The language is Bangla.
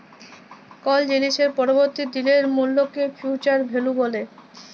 কল জিলিসের পরবর্তী দিলের মূল্যকে ফিউচার ভ্যালু ব্যলে